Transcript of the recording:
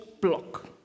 block